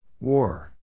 War